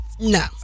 No